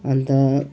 अन्त